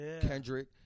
Kendrick